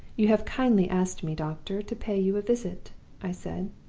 you have kindly asked me, doctor, to pay you a visit i said.